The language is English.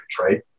right